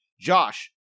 Josh